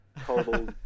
total